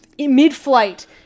mid-flight